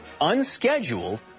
unscheduled